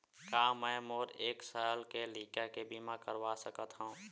का मै मोर एक साल के लइका के बीमा करवा सकत हव?